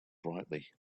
brightly